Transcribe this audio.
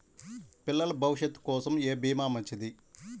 పిల్లల భవిష్యత్ కోసం ఏ భీమా మంచిది?